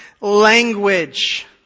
language